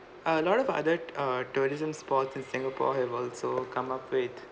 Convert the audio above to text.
a lot of other uh tourism spots in singapore have also come up with